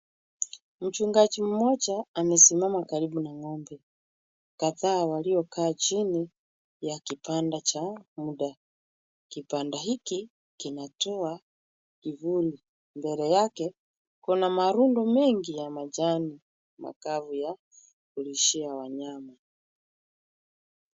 Mchungaji mmoja amesimama karibu na ng'ombe kadhaa waliokaa chini ya kibanda cha muda. Kibanda hiki kinatoa kivuli. Mbele yake kuna marundo mengi ya majani makavu ya kulishia wanyama.